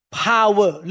power